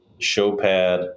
Showpad